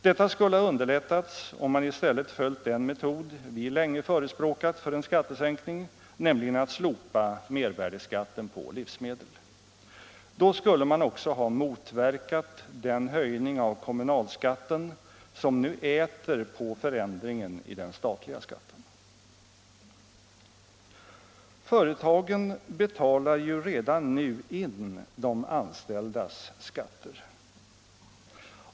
Detta skulle ha underlättats om man i stället följt den metod vi länge förespråkat för en skattesänkning, nämligen att slopa mervärdeskatten på livsmedel. Då skulle man också ha motverkat den höjning av kommunalskatten som nu äter på förändringen i den statliga skatten. Företagen betalar ju redan nu in de anställdas skatter.